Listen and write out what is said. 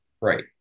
Right